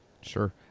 Sure